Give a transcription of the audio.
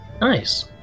Nice